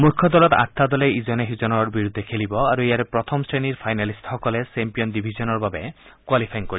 মূখ্য দলত আঠটা দলে ইজনে সিজনৰ বিৰুদ্ধে খেলিব আৰু ইয়াৰে প্ৰথম শ্ৰেণীৰ ফাইনেলিষ্টসকলে চেম্পিয়ন ডিভিজনৰ বাবে কোৱালিফায়িং কৰিব